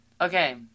Okay